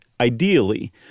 ideally